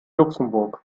luxemburg